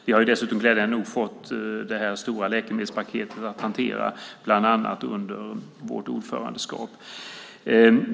Vi har dessutom glädjande nog fått det stora läkemedelspaketet att hantera bland annat under vårt ordförandeskap.